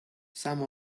some